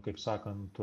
kaip sakant